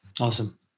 Awesome